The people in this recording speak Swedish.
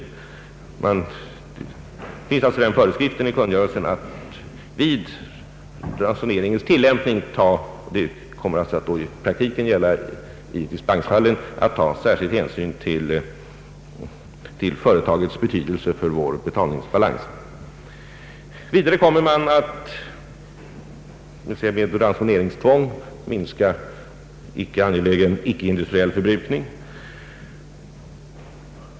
I kungörelsen finns sålunda den föreskriften att man vid ransoneringens tillämpning skall ta särskild hänsyn till företagens betydelse för vår betalningsbalans. Detta kommer att i praktiken gälla dispensfallen. Vidare kommer man genom ransoneringstvång att försöka minska icke angelägen icke-industriell förbrukning.